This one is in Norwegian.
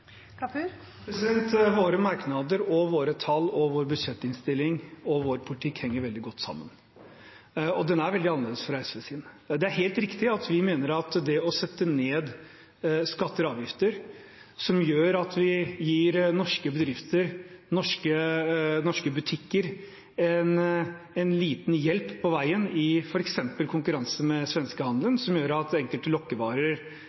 Våre merknader, våre tall, vår budsjettinnstilling og vår politikk henger veldig godt sammen. De er veldig annerledes enn SVs. Det er helt riktig at vi mener at det å sette ned skatter og avgifter gjør at vi gir norske bedrifter, norske butikker, en liten hjelp på veien, f.eks. i konkurransen med svenskehandelen, fordi det gjør at enkelte lokkevarer